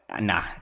nah